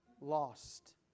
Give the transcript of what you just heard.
lost